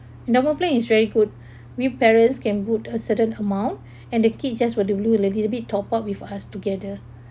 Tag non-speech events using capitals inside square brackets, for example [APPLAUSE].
endowment plan is very good [BREATH] we parents can put a certain amount [BREATH] and the kids just were to do a little bit top up with us together